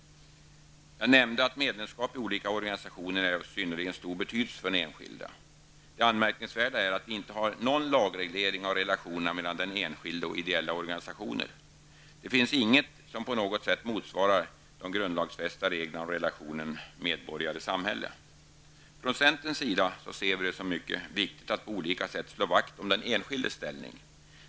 Jag nämnde att medlemskap i olika organisationer är av synnerligen stor betydelse för den enskilde. Det anmärkningsvärda är att vi inte har någon lagreglering av relationen mellan den enskilde och ideella organisationer. Det finns inget som på något sätt motsvarar de grundlagsfästa reglerna om relationen medborgare -- samhälle. Från centerns sida ser vi det som mycket viktigt att på olika sätt slå vakt om den enskildes ställning.